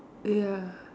ya